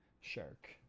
shark